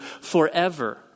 forever